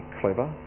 clever